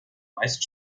meist